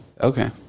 Okay